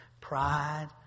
Pride